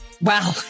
Wow